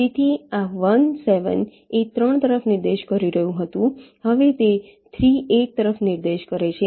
તેથી આ 1 7 એ 3 તરફ નિર્દેશ કરી રહ્યું હતું હવે તે 3 8 તરફ નિર્દેશ કરશે